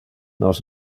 nos